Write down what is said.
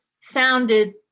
sounded